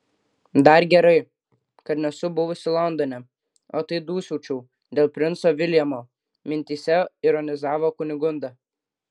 dar gerai kad nesu buvusi londone o tai dūsaučiau dėl princo viljamo mintyse ironizavo kunigunda